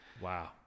wow